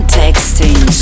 texting